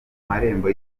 marembo